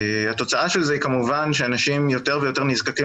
התוצאה של זה היא כמובן שאנשים יותר ויותר נזקקים